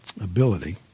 ability